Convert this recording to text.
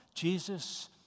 Jesus